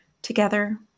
Together